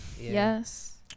Yes